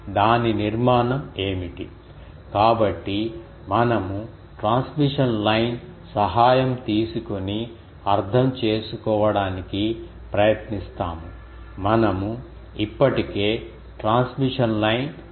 దాని నిర్మాణం ఏమిటి కాబట్టి మనము ట్రాన్స్మిషన్ లైన్ సహాయం తీసుకొని అర్థం చేసుకోవడానికి ప్రయత్నిస్తాము మనము ఇప్పటికే ట్రాన్స్మిషన్ లైన్ చూశాము